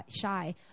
shy